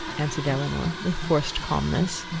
answered elinor, with forced calmness,